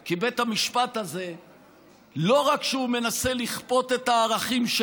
כי חס וחלילה אולי הממשלה תכף תיפול אז מהר מהר לאפשר את